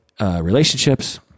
relationships